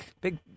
big